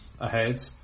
ahead